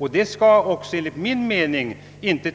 Detta bör inte heller enligt min mening